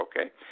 okay